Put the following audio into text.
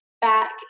back